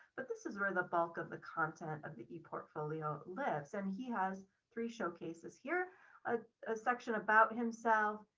but this is where the bulk of the content of the portfolio portfolio lives. and he has three showcases here a ah section about himself,